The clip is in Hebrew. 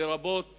לרבות